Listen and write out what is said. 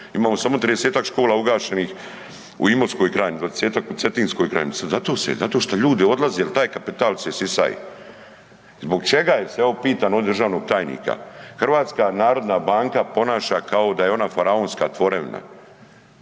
imamo samo 30-ak škola ugašenih u Imotskoj krajini, 20-ak u Cetinskoj krajini zato što ljudi odlaze jel taj kapital se isisaje. Zbog čega se, evo sada pitam ovdje državnog tajnika, HNB ponaša kao da je ona faraonska tvorevina?